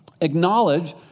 Acknowledge